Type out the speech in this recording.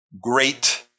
great